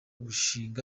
gushing